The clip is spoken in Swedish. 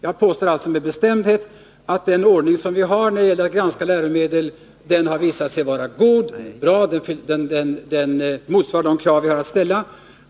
Jag påstår alltså med bestämdhet att den ordning som vi har när det gäller att granska läromedel har visat sig vara god. Den är bra, och den motsvarar de krav vi har att ställa.